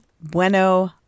Bueno